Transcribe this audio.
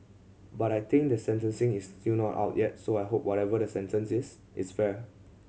but I think the sentencing is still not out yet so I hope whatever the sentence is it's fair